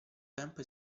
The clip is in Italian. tempo